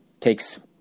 takes